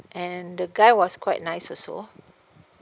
and the guy was quite nice also